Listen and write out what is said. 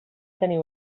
teniu